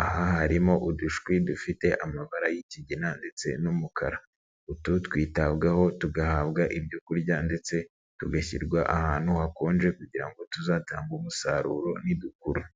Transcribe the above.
Aha harimo udushwi dufite amabara y'ikigina ndetse n'umukara. Utu twitabwaho tugahabwa ibyo kurya ndetse tugashyirwa ahantu hakonje kugira ngo tuzatange umusaruro nidukura.